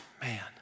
man